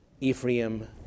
Ephraim